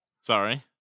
Sorry